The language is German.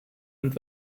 und